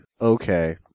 Okay